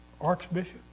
archbishop